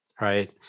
right